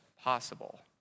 possible